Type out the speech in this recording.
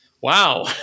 Wow